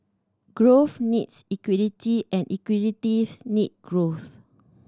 growth needs equity and equity needs growth